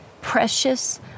precious